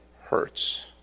hurts